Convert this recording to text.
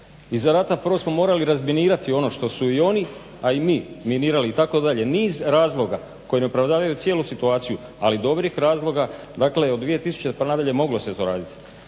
Iza rata prvo smo morali razminirati ono što su i oni, a i mi minirali itd. Niz razloga koji ne opravdavaju cijelu situaciju, ali dobrih razloga. Dakle, od 2000. pa na dalje moglo se to raditi.